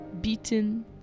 beaten